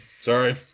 Sorry